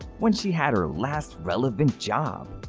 when she had her last relevant job.